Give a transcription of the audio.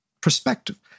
perspective